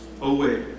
away